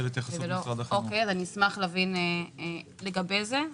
אשמח להבין לגבי זה.